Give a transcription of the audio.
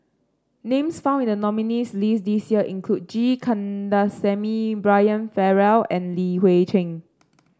names found in the nominees' list this year include G Kandasamy Brian Farrell and Li Hui Cheng